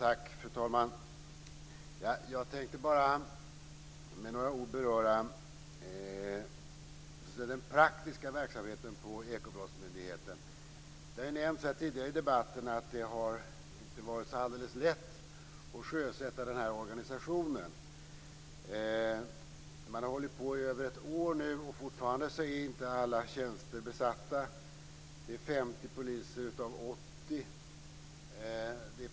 Fru talman! Jag tänkte bara med några ord beröra den praktiska verksamheten på Ekobrottsmyndigheten. Det har nämnts tidigare i debatten att det inte har varit så lätt att sjösätta den här organisationen. Man har hållit på i över ett år nu, och fortfarande är inte alla tjänster besatta. Det är 50 poliser av 80 som är tillsatta.